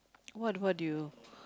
what what do you